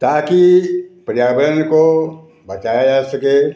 ताकि पर्यावरण को बचाया जा सके